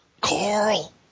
Carl